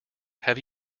have